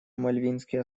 мальвинские